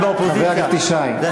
חבר הכנסת ישי,